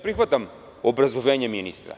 Prihvatam obrazloženje ministra.